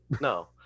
No